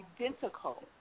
identical